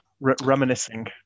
reminiscing